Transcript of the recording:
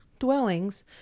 dwellings